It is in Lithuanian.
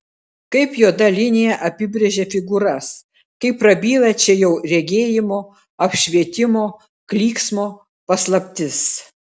kaip juoda linija apibrėžia figūras kaip prabyla čia jau regėjimo apšvietimo klyksmo paslaptis